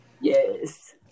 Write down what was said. yes